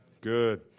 Good